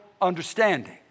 understanding